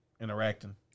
interacting